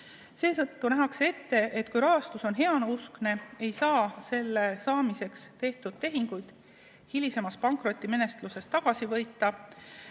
Seetõttu nähakse ette, et kui rahastus on heauskne, ei saa selle saamiseks tehtud tehinguid hilisemas pankrotimenetlusest tagasi võita